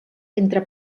entre